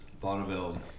Bonneville